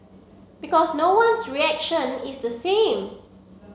because no one's reaction is the same